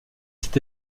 cet